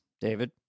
David